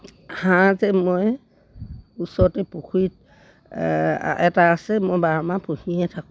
হাঁহ যে মই ওচৰতে পুখুৰীত এটা আছে মই বাৰমাহ পুহিয়ে থাকোঁ